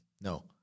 No